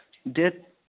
date